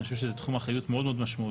אני חושב שזה תחום אחריות מאוד משמעותי.